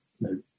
no